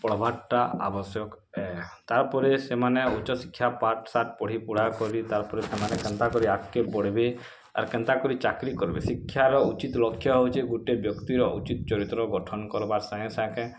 ପଢ଼ବାର୍ଟା ଆବଶ୍ୟକ ଏ ତାପରେ ସେମାନେ ଉଚ୍ଚ ଶିକ୍ଷା ପାଠ୍ଶାଠ୍ ପଢ଼ିପୁଢ଼ା କରି ତାପରେ ସେମାନେ କେନ୍ତା କରି ଆଗ୍କେ ବଢ଼୍ବେ ଆର୍ କେନ୍ତା କରି ଚାକିରି କର୍ବେ ଶିକ୍ଷାର ଉଚିତ୍ ଲକ୍ଷ ହେଉଛି ଗୋଟେ ବ୍ୟକ୍ତିର ଉଚିତ୍ ଚରିତ୍ର ଗଠନ କରିବା ସାଙ୍ଗେସାଙ୍ଗେ